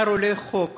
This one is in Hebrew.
מחר עולה חוק